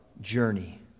journey